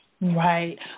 Right